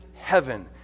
heaven